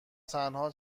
تنها